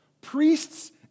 priests